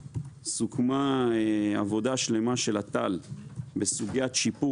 סוכמה עבודה שלמה של את"ל בסוגיית שיפור